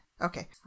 okay